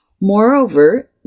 Moreover